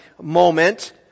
moment